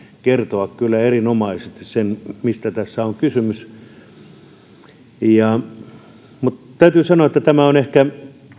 kertoa kyllä erinomaisesti sen mistä tässä on kysymys täytyy sanoa että tämä on ehkä